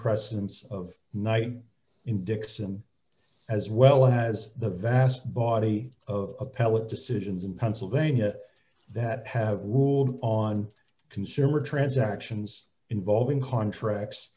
precedence of knight in dickson as well as the vast body of appellate decisions in pennsylvania that have ruled on consumer transactions involving contracts